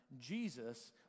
Jesus